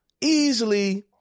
easily